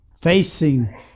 Facing